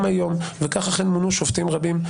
אנחנו לא קונות את הספין